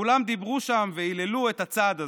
וכולם דיברו שם והיללו את הצעד הזה.